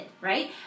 right